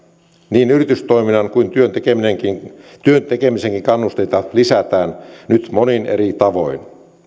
niin yritystoiminnan kuin työn tekemisenkin kannusteita lisätään nyt monin eri tavoin